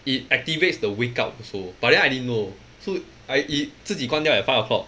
it activates the wake up also but then I didn't know so I it 自己关掉 at five o'clock